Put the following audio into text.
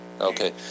Okay